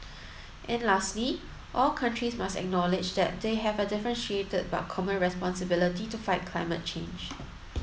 and lastly all countries must acknowledge that they have a differentiated but common responsibility to fight climate change